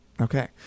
Okay